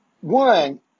one